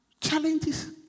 challenges